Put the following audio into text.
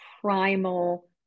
primal